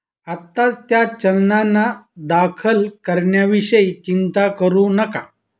आत्ताच त्या चलनांना दाखल करण्याविषयी चिंता करू नका